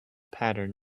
pattern